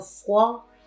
froid